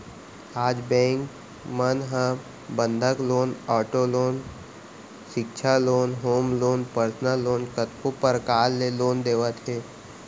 आज बेंक मन ह बंधक लोन, आटो लोन, सिक्छा loan, home loan, personal loan कतको परकार ले लोन देवत हे